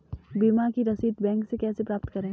बीमा की रसीद बैंक से कैसे प्राप्त करें?